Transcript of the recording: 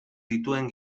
dituen